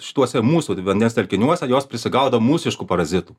šituose mūsų vandens telkiniuose jos prisigaudo mūsiškų parazitų